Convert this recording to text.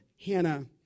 Hannah